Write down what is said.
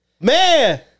Man